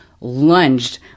lunged